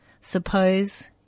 Suppose